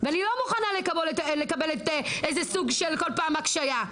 ואני לא מוכנה לקבל בכל פעם סוג של הערמת קשיים.